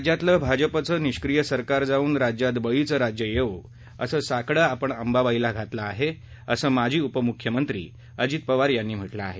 राज्यातलं भाजपचं निष्क्रीय सरकार जाऊन राज्यात बळीचं राज्य येवो असं साकडं आपण अंबाबाईला घातलं आहे असं माजी उपमुख्यमंत्री अजित पवार यांनी म्हटलं आहे